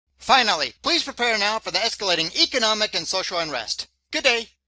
finally, please prepare now for the escalating economic and social unrest. good day!